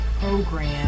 program